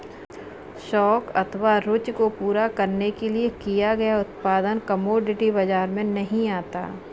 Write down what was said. शौक अथवा रूचि को पूरा करने के लिए किया गया उत्पादन कमोडिटी बाजार में नहीं आता